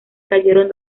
cayeron